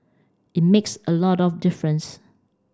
it makes a lot of difference